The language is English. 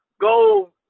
go